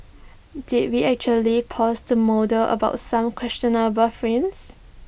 did we actually pause to about some questionable frames